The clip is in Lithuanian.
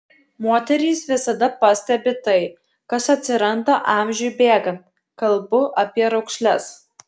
moterys visada pastebi tai kas atsiranda amžiui bėgant kalbu apie raukšles